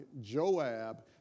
Joab